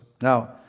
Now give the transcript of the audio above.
Now